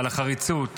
על החריצות,